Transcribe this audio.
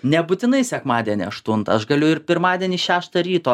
nebūtinai sekmadienį aštuntą aš galiu ir pirmadienį šeštą ryto